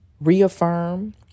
reaffirm